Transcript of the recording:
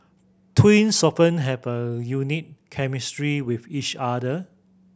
twins often have a unique chemistry with each other